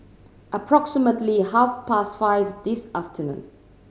approximately half past five this afternoon